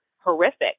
horrific